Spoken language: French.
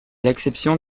l’exception